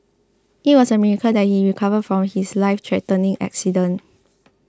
it was a miracle that he recovered from his lifethreatening accident